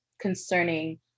concerning